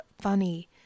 funny